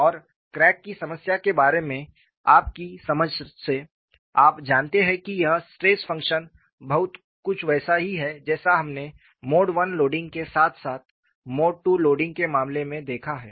और क्रैक की समस्या के बारे में आपकी समझ से आप जानते हैं कि यह स्ट्रेस फंक्शन बहुत कुछ वैसा ही है जैसा हमने मोड I लोडिंग के साथ साथ मोड II लोडिंग के मामले में देखा है